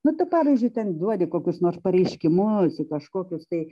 nu tu pavyzdžiui ten duodi kokius nors pareiškimus į kažkokius tai